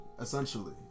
essentially